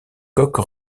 coque